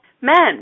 men